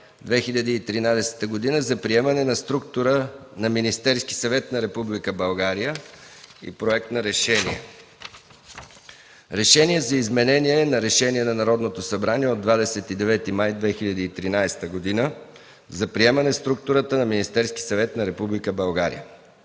2013 г. за приемане на структура на Министерския съвет на Република България и проект на решение: „РЕШЕНИЕ за изменение на Решение на Народното събрание от 29 май 2013 г. за приемане структурата на Министерския съвет на Република България